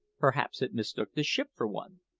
perhaps it mistook the ship for one.